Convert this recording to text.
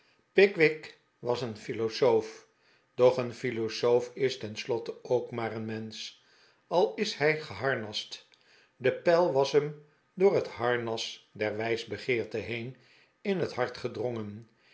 pickwick was een philosoof doch een philosoof is ten slotte ook maar een mens'ch al is hij geharnast de pijl was hem door het harnas der wijsbegeerte heen in het hart gedrongen